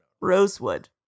Rosewood